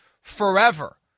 forever